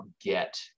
get